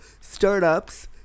startups